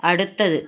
അടുത്തത്